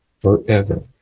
forever